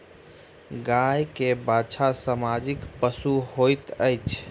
गाय के बाछा सामाजिक पशु होइत अछि